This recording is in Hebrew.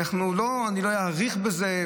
לא אאריך בזה,